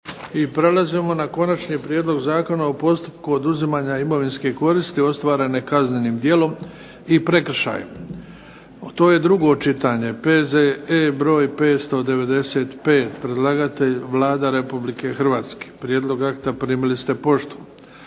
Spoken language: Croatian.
I prelazimo na - Konačni prijedlog zakona o postupku oduzimanja imovinske koristi ostvarene kaznenim djelom i prekršajem, drugo čitanje, P.Z.E. br. 595. Predlagatelj Vlada Republike Hrvatske. Prijedlog akta primili ste poštom.